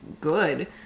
good